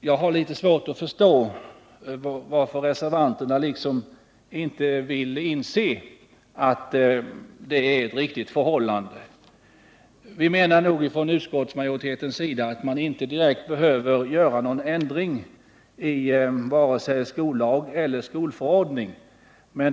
Jag har litet svårt att förstå varför reservanterna inte vill inse.att det är ett riktigt förhållande. Utskottsmajoriteten anser dock att man inte behöver göra någon ändring i vare sig skollagen eller skolstadgan.